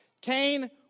Cain